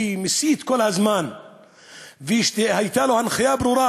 שמסית כל הזמן ושהייתה לו הנחיה ברורה